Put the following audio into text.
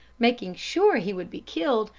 making sure he would be killed,